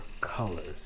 Colors